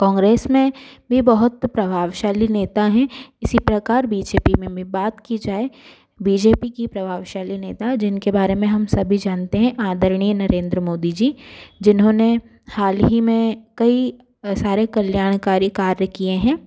कांग्रेस में भी बहुत प्रभावशाली नेता है इसी प्रकार बी जे पी में मैं बात की जाए बी जे पी की प्रभावशाली नेता जिनके बारे में हम सभी जानते हैं आदरणीय नरेंद्र मोदी जी जिन्होंने हाल ही में कई सारे कल्याणकारी कार्य किए हैं